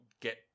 get